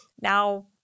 now